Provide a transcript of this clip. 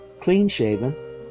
clean-shaven